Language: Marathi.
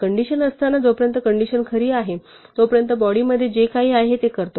कंडिशन असताना जोपर्यंत कंडिशन खरी आहे तोपर्यंत बॉडी मध्ये जे काही आहे ते करतो